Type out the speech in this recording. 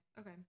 okay